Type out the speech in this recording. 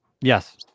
yes